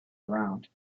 ground